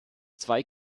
zwei